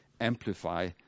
amplify